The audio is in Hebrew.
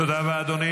תתבייש